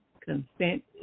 consent